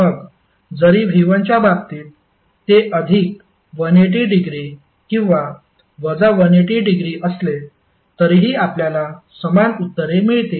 मग जरी V1 च्या बाबतीत ते अधिक 180 डिग्री किंवा वजा 180 डिग्री असले तरीही आपल्याला समान उत्तरे मिळतील